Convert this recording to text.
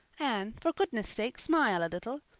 anne, for goodness sake smile a little.